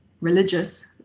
religious